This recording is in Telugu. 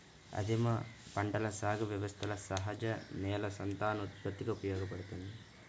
ఆదిమ పంటల సాగు వ్యవస్థలు సహజ నేల సంతానోత్పత్తికి ఉపయోగపడతాయి